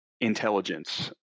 intelligence